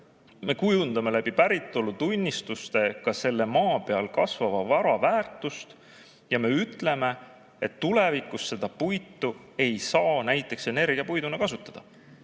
me kujundame päritolutunnistuste alusel ka selle maa peal kasvava vara väärtust. Me ütleme, et tulevikus seda puitu ei saa näiteks energiapuiduna kasutada.